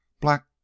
black